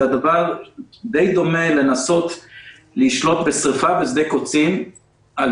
זה דבר דומה למדי לנסות לשלוט בשרפה בשדה קוצים על